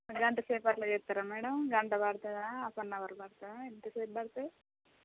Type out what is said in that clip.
గంట సేపట్లలో చేస్తారా మేడమ్ గంట పడుతుందా హాఫ్ అన్ అవర్ పడుతుందా ఎంత సేపు పడుతుంది